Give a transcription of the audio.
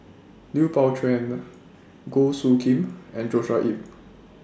Lui Pao Chuen Goh Soo Khim and Joshua Ip